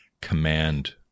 command